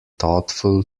thoughtful